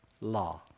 law